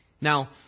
Now